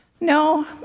no